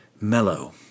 mellow